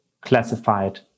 classified